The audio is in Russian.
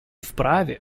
вправе